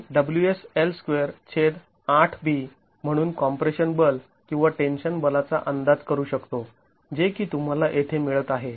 आणि म्हणूनच आम्ही म्हणून कॉम्प्रेशन बल किंवा टेन्शन बलाचा अंदाज करू शकतो जे की तुम्हाला येथे मिळत आहे